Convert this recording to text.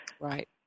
Right